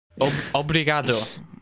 Obrigado